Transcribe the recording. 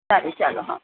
સારું ચાલો હા